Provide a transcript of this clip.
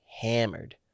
hammered